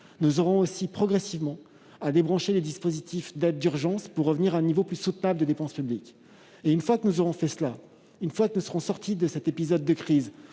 -et débrancher progressivement les dispositifs d'aide d'urgence pour revenir à un niveau plus soutenable de dépenses publiques. Une fois que nous aurons fait cela et que nous serons sortis de cet épisode de crise